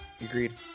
Agreed